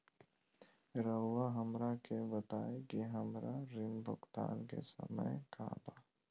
रहुआ हमरा के बताइं कि हमरा ऋण भुगतान के समय का बा?